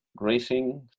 racing